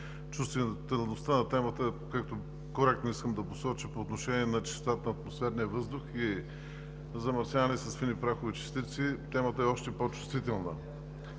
чувствителността на темата, коректно искам да посоча по отношение чистотата на атмосферния въздух и замърсяване с фини прахови частици, темата е още по-чувствителна.